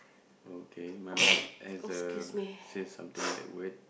okay mine one has a says something that word